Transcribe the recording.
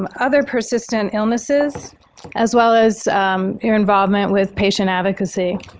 um other persistent illnesses as well as your involvement with patient advocacy.